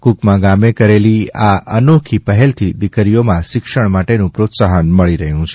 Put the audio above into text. કુકમા ગામે કરેલી આ અનોખી પહેલથી દિકરીઓમાં શિક્ષણ માટે પ્રોત્સાહન મળી રહ્યું છે